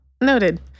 Noted